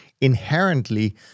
inherently